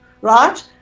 right